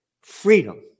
Freedom